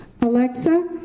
Alexa